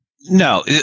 no